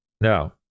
Now